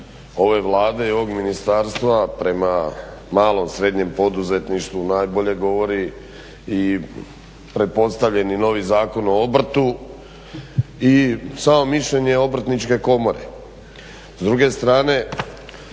ove Vlade i ovog ministarstva prema malom i srednjem poduzetništvu najbolje govori i pretpostavljeni novi zakon o obrtu i samo mišljenje Obrtničke komore.